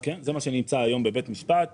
כן, זה מה שנמצא היום בבית משפט.